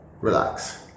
Relax